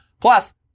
Plus